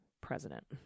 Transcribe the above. president